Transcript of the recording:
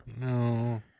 no